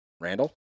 Randall